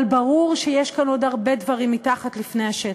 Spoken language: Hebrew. אבל ברור שיש כאן עוד הרבה דברים מתחת לפני השטח,